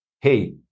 hey